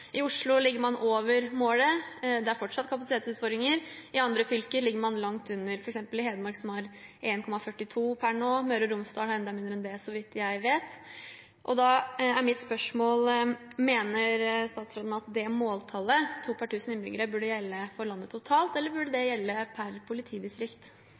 I Oslo ligger man over målet, men det er fortsatt kapasitetsutfordringer. I andre fylker ligger man langt under, f.eks. i Hedmark, som har 1,42 politifolk per 1 000 innbyggere per i dag. Møre og Romsdal har enda færre enn det, så vidt jeg vet. Da er mitt spørsmål: Mener statsråden at det måltallet – to per 1 000 innbyggere – bør gjelde for landet totalt sett, eller bør det